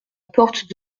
porte